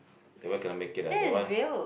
that one cannot make it lah that one